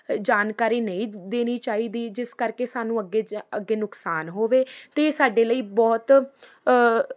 ਜਾਣਕਾਰੀ ਨਹੀਂ ਦੇਣੀ ਚਾਹੀਦੀ ਜਿਸ ਕਰਕੇ ਸਾਨੂੰ ਅੱਗੇ ਜ ਅੱਗੇ ਨੁਕਸਾਨ ਹੋਵੇ ਅਤੇ ਸਾਡੇ ਲਈ ਬਹੁਤ